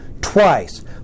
twice